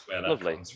lovely